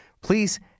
please